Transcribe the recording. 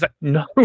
No